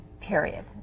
period